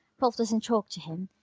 rolf doesn't talk to him,